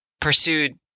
pursued